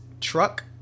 truck